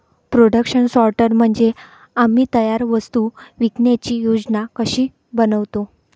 production sorter म्हणजे आम्ही तयार वस्तू विकण्याची योजना कशी बनवतो